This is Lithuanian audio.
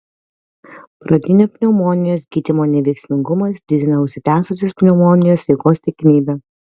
pradinio pneumonijos gydymo neveiksmingumas didina užsitęsusios pneumonijos eigos tikimybę